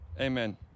amen